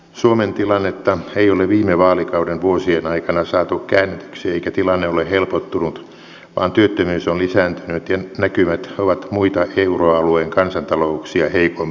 suomen tilannetta ei ole viime vaalikauden vuosien aikana saatu käännetyksi eikä tilanne ole helpottunut vaan työttömyys on lisääntynyt ja näkymät ovat muita euroalueen kansantalouksia heikompia